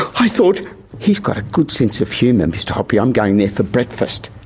i thought he's got a good sense of humour, mr hoppy, i'm going there for breakfast.